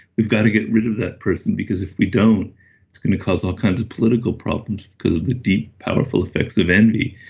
we've got to get rid of that person because if we don't it's going to cause all kinds of political problems because of the deep powerful effects of envy.